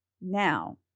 Now